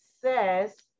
says